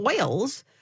oils